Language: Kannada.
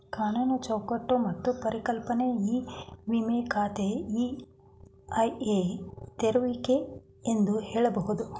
ಕಾನೂನು ಚೌಕಟ್ಟು ಮತ್ತು ಪರಿಕಲ್ಪನೆ ಇ ವಿಮ ಖಾತೆ ಇ.ಐ.ಎ ತೆರೆಯುವಿಕೆ ಎಂದು ಹೇಳಬಹುದು